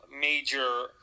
major